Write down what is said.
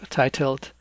titled